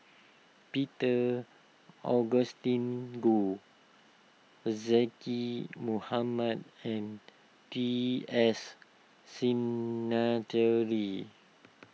Peter Augustine Goh Zaqy Mohamad and T S Sinnathuray